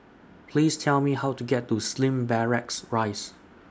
Please Tell Me How to get to Slim Barracks Rise